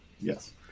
yes